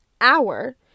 hour